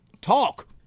talk